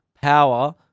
power